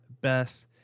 best